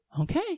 Okay